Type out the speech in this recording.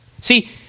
See